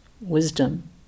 wisdom